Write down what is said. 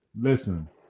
Listen